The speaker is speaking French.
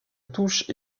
touche